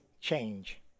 change